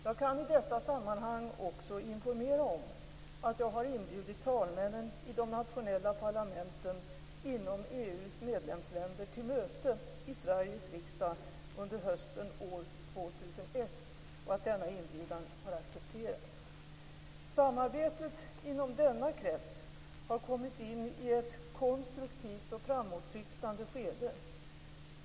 Jag kan i detta sammanhang också informera om att jag har inbjudit talmännen i de nationella parlamenten inom EU:s medlemsländer till möte i Sveriges riksdag under hösten år 2001 och att denna inbjudan har accepterats. Samarbetet inom denna krets har kommit in i ett konstruktivt och framåtsyftande skede.